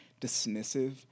dismissive